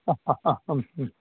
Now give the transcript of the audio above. ह ह ह ह म्